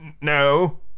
no